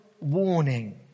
warning